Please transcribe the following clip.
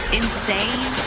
insane